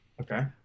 Okay